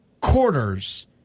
quarters